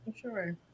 sure